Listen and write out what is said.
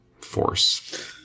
force